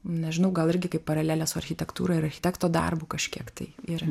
nežinau gal irgi kaip paralelė su architektūra ir architekto darbu kažkiek tai ir